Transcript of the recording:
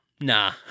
nah